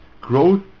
growth